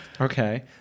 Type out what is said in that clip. Okay